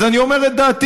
אז אני אומר את דעתי,